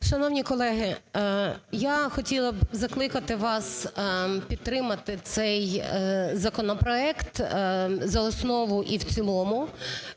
Шановні колеги, я хотіла б закликати вас підтримати цей законопроект за основу і в цілому